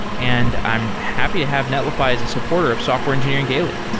and i'm happy to have netlify as a supporter of software engineering daily